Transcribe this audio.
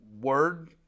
word